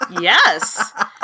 Yes